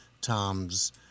Tom's